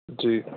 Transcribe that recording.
جی